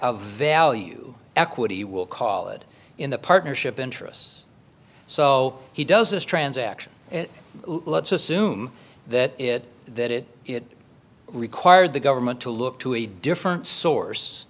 value equity will call it in the partnership interests so he does this transaction let's assume that it that it it required the government to look to a different source